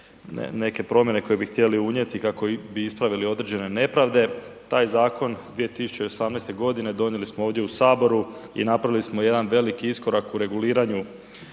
neke promjene koje bi htjeli unijeti kako bi ispravili određene nepravde. Taj zakon 2018. godine donijeli smo ovdje u Saboru i napravili smo jedan veliki iskorak u reguliranju